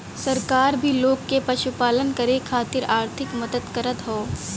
सरकार भी लोग के पशुपालन करे खातिर आर्थिक मदद करत हौ